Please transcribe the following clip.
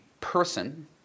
person